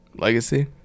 legacy